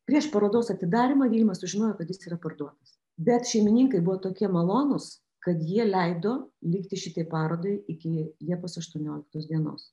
prieš parodos atidarymą vilma sužinojo kad jis yra parduotas bet šeimininkai buvo tokie malonūs kad jie leido likti šitai parodai iki liepos aštuonioliktos dienos